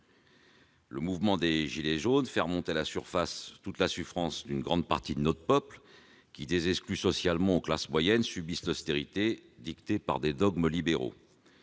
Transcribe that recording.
Le mouvement des « gilets jaunes » fait remonter à la surface toute la souffrance d'une grande partie de notre peuple qui, des exclus socialement aux classes moyennes, subit l'austérité dictée par les dogmes libéraux.